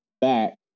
back